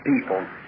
people